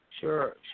Sure